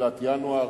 בתחילת ינואר,